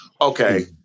Okay